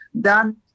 done